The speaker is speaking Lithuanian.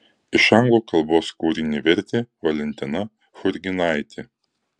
iš anglų kalbos kūrinį vertė valentina churginaitė